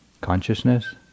consciousness